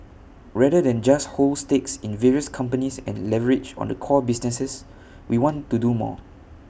rather than just hold stakes in various companies and leverage on the core businesses we want to do more